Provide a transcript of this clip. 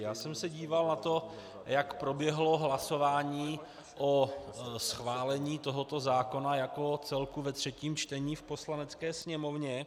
Díval jsem se na to, jak proběhlo hlasování o schválení tohoto zákona jako celku ve třetím čtení v Poslanecké sněmovně.